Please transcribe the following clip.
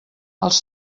els